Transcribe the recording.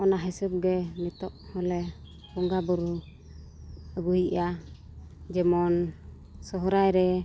ᱚᱱᱟ ᱦᱤᱥᱟᱹᱵ ᱜᱮ ᱱᱤᱛᱚᱜ ᱦᱚᱞᱮ ᱵᱚᱸᱜᱟ ᱵᱳᱨᱳ ᱟᱹᱜᱩᱭᱮᱜᱼᱟ ᱡᱮᱢᱚᱱ ᱥᱚᱦᱨᱟᱭ ᱨᱮ